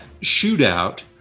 shootout